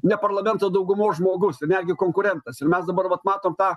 ne parlamento daugumos žmogaus netgi konkurentasir mes dabar vat matom tą